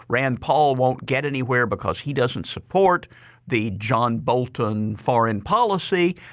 rand paul won't get anywhere because he doesn't support the john bolton foreign policy,